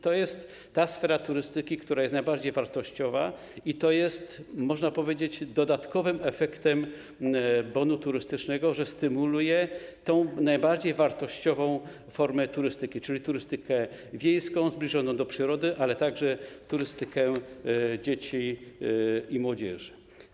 To jest sfera turystyki, która jest najbardziej wartościowa, to jest, można powiedzieć, dodatkowy efekt bonu turystycznego: stymuluje on najbardziej wartościową formę turystyki, czyli turystykę wiejską, zbliżoną do przyrody, ale także turystykę dzieci i młodzieży.